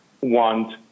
want